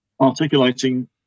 articulating